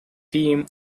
team